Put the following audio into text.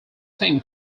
team